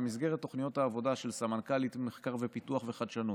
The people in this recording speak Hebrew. במסגרת תוכניות העבודה של סמנכ"לית מחקר פיתוח וחדשנות,